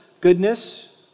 goodness